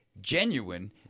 Genuine